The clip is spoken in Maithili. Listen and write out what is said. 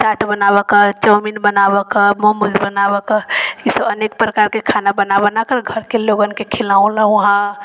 चाट बनाबैके चाउमीन बनाबैके मोमोज बनाबैके ईसब अनेक प्रकारके खाना बना बनाकऽ घरके लोगनके खिलेलहुँ हँ